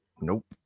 nope